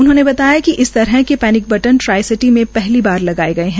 उन्होंने बताया कि इस तरह के पेनिक बटन ट्राईसिटी में पहली बार लगाए गए है